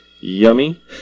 yummy